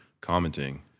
commenting